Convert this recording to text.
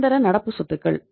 நிரந்தர நடப்பு சொத்துக்கள்